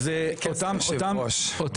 אז